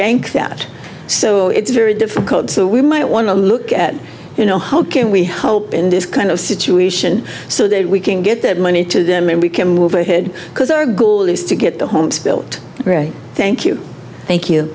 bank that so it's very difficult so we might want to look at you know how can we hope in this kind of situation so that we can get that money to them and we can move ahead because our goal is to get the homes built right thank you thank you